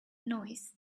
noise